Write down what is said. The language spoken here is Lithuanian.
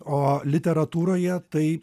o literatūroje tai